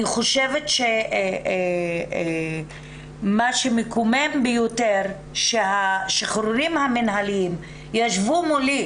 אני חושבת שמה שמקומם ביותר שהשחרורים המנהליים ישבו מולי,